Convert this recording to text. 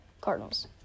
Cardinals